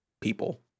people